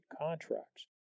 contracts